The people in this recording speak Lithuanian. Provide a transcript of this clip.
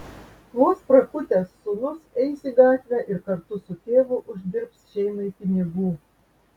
vos prakutęs sūnus eis į gatvę ir kartu su tėvu uždirbs šeimai pinigų